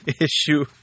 issue